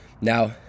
Now